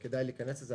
כדאי להיכנס לזה.